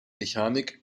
mechanik